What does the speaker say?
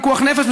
פיקוח נפש,